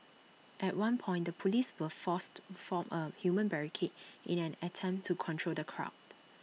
at one point the Police were forced to form A human barricade in an attempt to control the crowd